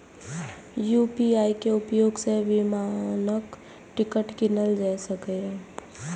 UPI के उपयोग सं विमानक टिकट कीनल जा सकैए